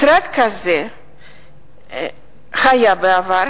משרד כזה התקיים בעבר,